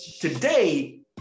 Today